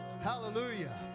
Hallelujah